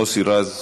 חבר הכנסת מוסי רז.